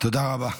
תודה רבה.